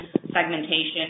segmentation